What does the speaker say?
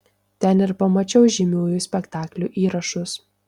ten ir pamačiau žymiųjų spektaklių įrašus